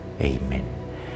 Amen